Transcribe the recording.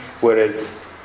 whereas